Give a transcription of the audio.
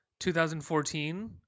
2014